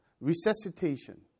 resuscitation